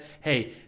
hey